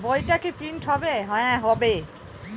বইটা কি প্রিন্ট হবে?